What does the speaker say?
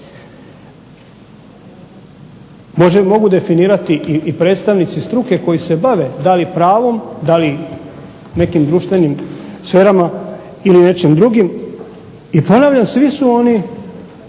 mogu definirati i predstavnici struke koji se bave da li pravom, da li nekim društvenim sferama ili nečim drugim, i ponavljam svi su oni